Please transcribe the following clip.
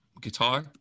guitar